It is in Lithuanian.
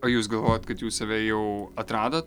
o jūs galvojot kad jūs save jau atradot